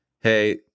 Hey